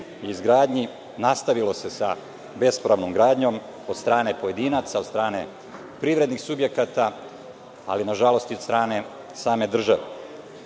i izgradnji, nastavilo se sa bespravnom gradnjom od strane pojedinaca, od strane privrednih subjekata, ali nažalost, i od same države. Vi